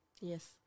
Yes